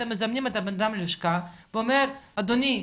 אתם מזמנים את הבן אדם ללשכה ואומרים לו אדוני,